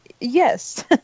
Yes